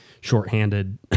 shorthanded